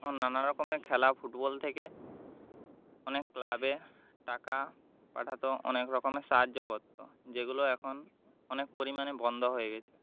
নানা রকমের খেলা ফুটবল থেকে অনেক ক্লাবে টাকা পাঠাতো অনেক রকমের সাহায্য করতো যেগুলো এখন অনেক পরিমাণে বন্ধ হয়ে গেছে